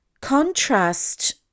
contrast